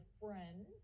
friend